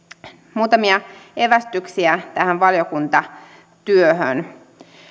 muutamia evästyksiä tähän valiokuntatyöhön